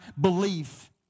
belief